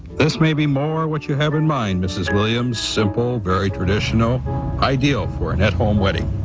this may be more what you have in mind mrs. williams simple, very traditional ideal for an at home wedding.